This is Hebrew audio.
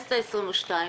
בכנסת העשרים ושתיים,